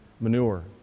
manure